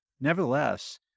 Nevertheless